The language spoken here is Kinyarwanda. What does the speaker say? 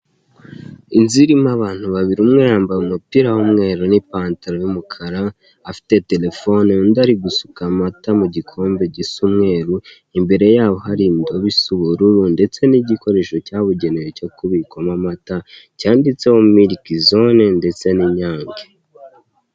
Inzu irimo abantu babiri umwe yambaye umupira w'umweru n'ipantaro y'umukara afite telefone, undi ari gusuka amata mu gikombe gisa umweru imbere yabo hari indobo isa ubururu ndetse n'igikoresho cyabugenewe cyo kubikwamo amata cyanditseho miliki zone ndetse n'inyange.